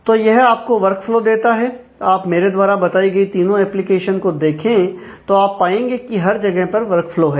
तो यह आपको वर्कफ्लो देता है आप मेरे द्वारा बताई गई तीनों एप्लीकेशन को देखें तो आप पाएंगे कि हर जगह पर वर्कफ्लो है